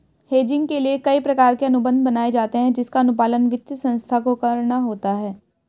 hedging के लिए कई प्रकार के अनुबंध बनाए जाते हैं जिसका अनुपालन वित्तीय संस्थाओं को करना होता है